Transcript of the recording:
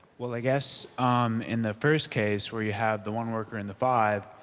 well i guess in the first case where you have the one worker and the five